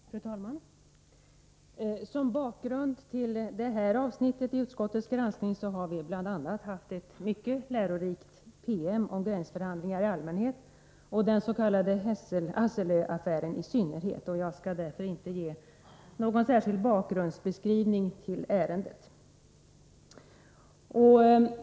Fru talman! Som bakgrund till det här avsnittet i utskottets granskning har vi bl.a. haft ett mycket lärorikt PM om gränsförhandlingar i allmänhet och om den s.k. Hesselö-affären i synnerhet, och jag skall därför inte ge någon särskild bakgrundsbeskrivning till ärendet.